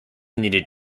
needed